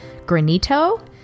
Granito